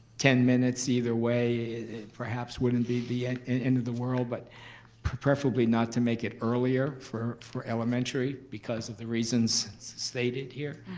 ten minutes either way perhaps wouldn't be the end of the world, but preferably not to make it earlier for for elementary because of the reasons stated here.